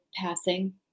passing